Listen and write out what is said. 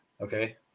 Okay